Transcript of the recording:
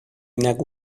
نگو